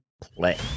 play